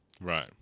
Right